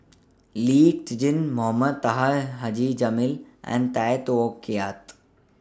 Lee Tjin Mohamed Taha Haji Jamil and Tay Teow Kiat